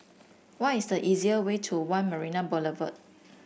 what is the easier way to One Marina Boulevard